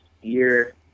year